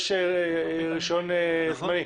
יש רישיון זמני.